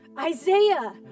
Isaiah